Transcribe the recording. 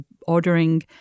ordering